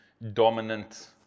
dominant